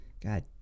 god